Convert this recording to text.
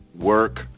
Work